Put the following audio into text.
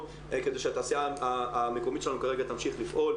כדי שהתעשייה המקומית שלנו תמשיך לפעול.